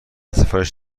سفارش